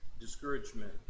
discouragement